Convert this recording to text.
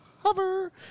Hover